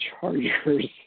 Chargers